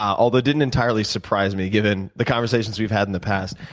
although, didn't entirely surprise me, given the conversations we've had in the past,